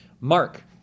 Mark